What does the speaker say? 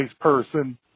person